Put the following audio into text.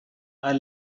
are